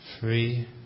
Free